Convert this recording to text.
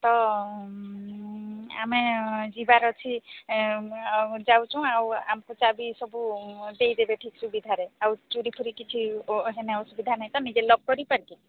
ତ ଆମେ ଯିବାର ଅଛି ଯାଉଛୁ ଆଉ ଆମକୁ ଚାବିି ସବୁ ଦେଇଦେବେ ଠିକ୍ ସୁବିଧାରେ ଆଉ ଚୋରି ଫୁରି କିଛି ଏନେ ଅସୁବିଧା ନାହିଁ ତ ନିଜେ ଲକ୍ କରିପାରିବୁ